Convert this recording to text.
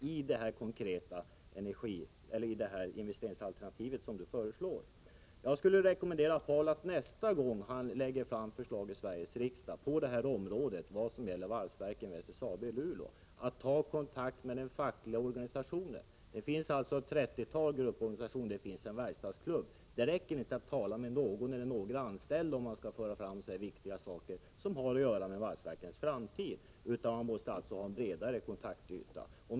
Jag skulle vilja rekommendera Paul Lestander att, innan han nästa gång i Sveriges riksdag lägger fram förslag som gäller valsverket vid SSAB i Luleå, ta kontakt med den fackliga organisationen. Det finns ett trettiotal grupporganisationer och en verkstadsklubb. Det räcker inte att tala med någon eller några anställda, om man skall föra fram så här viktiga förslag, som har att göra med valsverkets framtid. Man måste då ha en bredare kontaktyta.